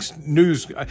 news